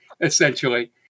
essentially